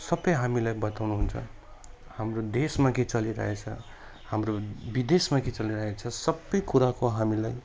सबै हामीलाई बताउनु हुन्छ हाम्रो देशमा के चलिरहेको छ हाम्रो विदेशमा के चलिरहेको छ सबै कुराको हामीलाई